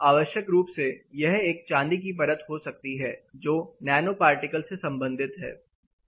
आवश्यक रूप से यह एक चांदी की परत हो सकती है जो ननोपार्टिकल से संबंधित है